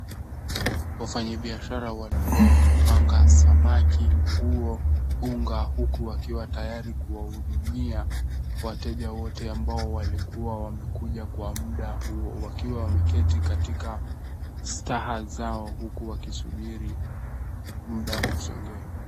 Wafanyabiashara walikuwa wamepanga samaki, nguo, unga huku wakiwa tayari kuwahudumia wateja wote ambao walikuwa wamekuja kwa muda huo wakiwa wameketi katika staha zao huku wakisubiri muda wa kusongea.